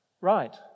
Right